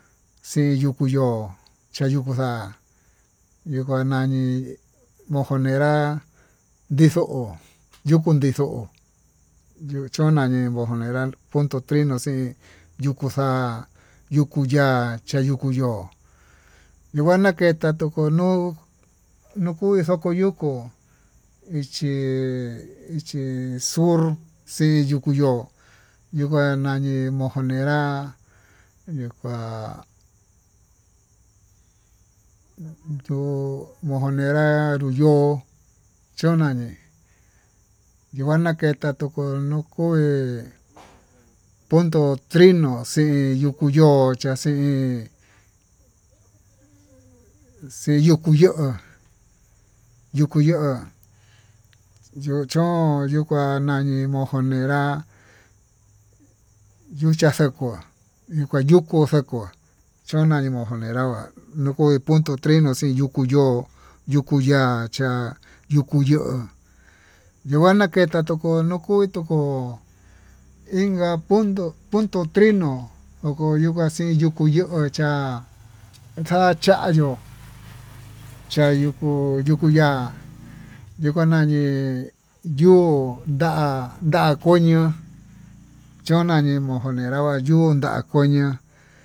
Xii yuku yo'ó, chayukuxa ñuu kua ñani monjonerá ndijo o'on yukundixo'ó yuu chón nani monjonerá junto trino xii yukuxa'a yukuu ya'á, chayukuu yo'ó nikuan naketa yukuu nuu nukuu xuku yukú ichi ichi sur xii yuku yo'ó, yuu ku nani monjonerá nuka yo'ó monjonera nuyo'ó cho'o nani inuka nakata yuku nuu, kui punto trinos xin yukú yo'ó kaxi in yukú yo'ó yuu kuu yo'ó nuu chón, nuu kua ñani monjonerá yuu ha xakuá ñuu kua yukuu xakuá chonai monjonera va'a nukuu puntotrino xin yuku yo'ó yuku ya'a cha'á yukuu yo'ó yukua naketa tukuu nuku toko, inka punto punto trino nuku inxa xii yukú yo'ó oxa'a xá chayó cha yuku yuku chá yukua nani yo'ó ndá ndakoño chono nani monjonerá vayun va'a koñá.